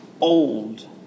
old